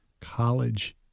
college